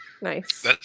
Nice